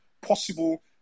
possible